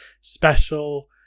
Special